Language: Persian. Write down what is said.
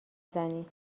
زنی